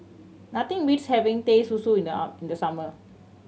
nothing beats having Teh Susu in the in the summer